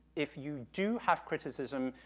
if you do have criticism,